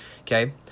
okay